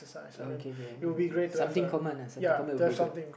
okay okay I mean something common uh something common would be good